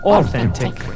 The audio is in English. Authentic